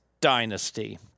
dynasty